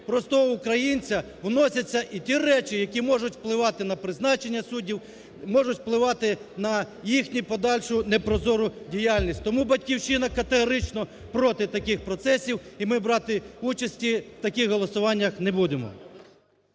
простому українцю вносяться і ті речі, які можуть впливати на призначення суддів, можуть впливати на їхню подальшу непрозору діяльність. Тому "Батьківщина" категорично проти таких процесів, і ми брати участі в таких голосуваннях не будемо.